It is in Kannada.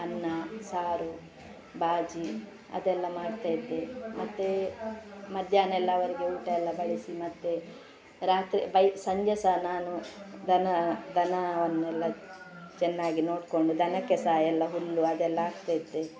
ಅನ್ನ ಸಾರು ಬಾಜಿ ಅದೆಲ್ಲ ಮಾಡ್ತಾಯಿದ್ದೆ ಮತ್ತು ಮಧ್ಯಾಹ್ನ ಎಲ್ಲ ಅವರಿಗೆ ಊಟ ಎಲ್ಲ ಬಡಿಸಿ ಮತ್ತೆ ರಾತ್ರಿ ಬಯ್ ಸಂಜೆ ಸಹ ನಾನು ದನ ದನವನ್ನೆಲ್ಲ ಚೆನ್ನಾಗಿ ನೋಡಿಕೊಂಡು ದನಕ್ಕೆ ಸಹ ಎಲ್ಲ ಹುಲ್ಲು ಅದೆಲ್ಲ ಹಾಕ್ತಾಯಿದ್ದೆ